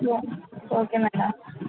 oh okay madam